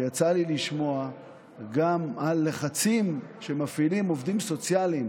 שיצא לי לשמוע גם על לחצים שמפעילים עובדים סוציאליים